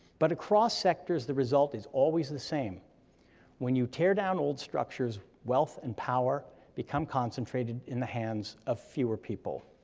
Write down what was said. but across sectors, the result is always the same when you tear down old structures, wealth and power become concentrated in the hands of fewer people.